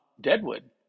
Deadwood